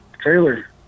trailer